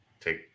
take